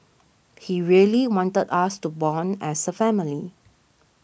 he really wanted us to bond as a family